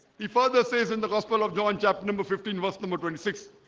he further says in the gospel of john chapter number fifteen verse number twenty six